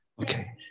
Okay